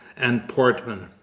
and portman.